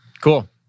Cool